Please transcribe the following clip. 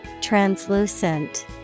Translucent